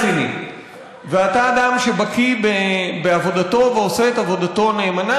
ואתה אדם שבקי בעבודתו ועושה את עבודתו נאמנה,